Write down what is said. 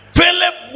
Philip